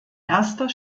erster